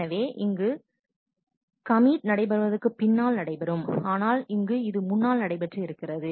எனவே இங்கு இது கமிட் நடைபெறுவதற்கு பின்னால் நடைபெறும் ஆனால் இங்கு இது முன்னால் நடைபெற்றிருக்கிறது